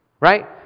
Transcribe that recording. Right